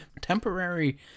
temporary